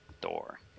Thor